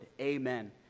Amen